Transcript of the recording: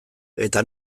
eta